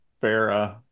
Fair